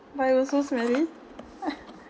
but it was so smelly